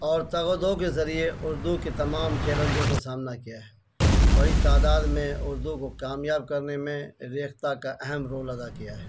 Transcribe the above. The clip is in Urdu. اور تگ و دو کے ذریعے اردو کے تمام چیلنجوں کا سامنا کیا ہے بڑی تعداد میں اردو کو کامیاب کرنے میں ریختہ کا اہم رول ادا کیا ہے